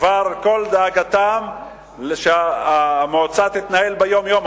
כבר כל דאגתן, שהמועצה תתנהל ביום-יום.